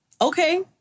okay